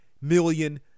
million